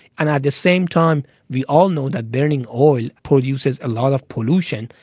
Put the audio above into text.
and at the same time, we all know that burning oil produces a lot of pollution.